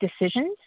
decisions